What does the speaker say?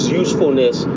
usefulness